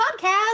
podcast